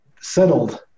settled